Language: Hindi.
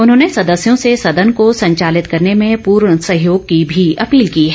उन्होंने सदस्यों से सदन को संचालित करने में पूर्ण सहयोग की भी अपील की है